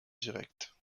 directe